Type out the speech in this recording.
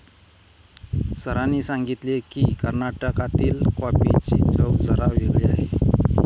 सरांनी सांगितले की, कर्नाटकातील कॉफीची चव जरा वेगळी आहे